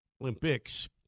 Olympics